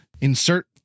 insert